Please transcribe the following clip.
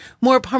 More